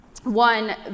One